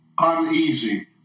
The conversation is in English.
uneasy